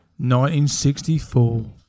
1964